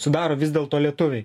sudaro vis dėlto lietuviai